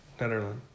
Netherlands